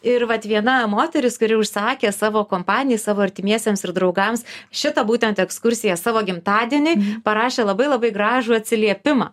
ir vat viena moteris kuri užsakė savo kompaniją savo artimiesiems ir draugams šitą būtent ekskursiją savo gimtadieniui parašė labai labai gražų atsiliepimą